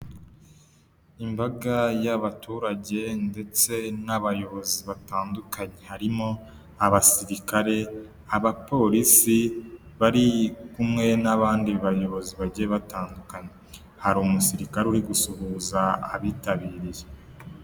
Imbaga y'abaturage ndetse n'abayobozi batandukanye, harimo abasirikare, abapolisi bari kumwe n'abandi bayobozi bagiye batandukanye, hari umusirikare uri gusuhuza abitabiriye.